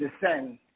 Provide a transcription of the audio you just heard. descend